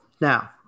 Now